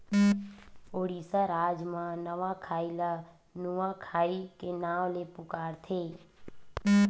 उड़ीसा राज म नवाखाई ल नुआखाई के नाव ले पुकारथे